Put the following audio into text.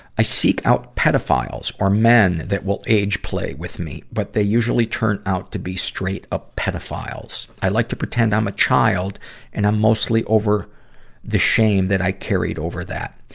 i seek out pedophiles or men that will age-play with me, but they usually turn out to be straight-up ah pedophiles. i like to pretend i'm um a child and i'm mostly over the shame that i carried over that.